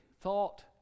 thought